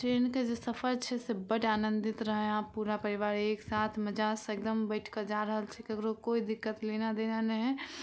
ट्रेनके जे सफर छै से बड्ड आनंदित रहै हइ अहाँ पूरा परिवार एक साथ मजा से एकदम बैठके जा रहल छी केकरो कोइ दिक्कत लेना देना नहि हइ